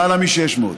למעלה מ-600.